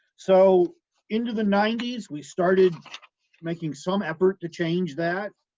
so into the ninety s, we started making some effort to change that.